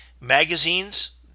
magazines